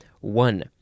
one